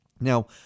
Now